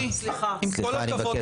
ב-27.1, לפני פחות